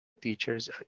teachers